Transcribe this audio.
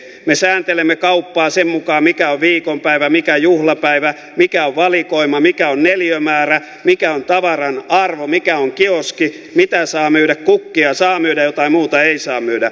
me sääntelemme kauppaa sen mukaan mikä on viikonpäivä mikä on juhlapäivä mikä on valikoima mikä on neliömäärä mikä on tavaran arvo mikä on kioski mitä saa myydä kukkia saa myydä jotain muuta ei saa myydä